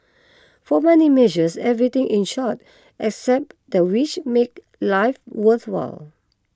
for money measures everything in short except the which makes life worthwhile